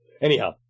Anyhow